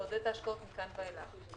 לעודד את ההשקעות מכאן ואילך.